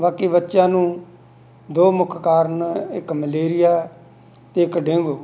ਬਾਕੀ ਬੱਚਿਆਂ ਨੂੰ ਦੋ ਮੁੱਖ ਕਾਰਨ ਇੱਕ ਮਲੇਰੀਆ ਅਤੇ ਇੱਕ ਡੇਂਗੂ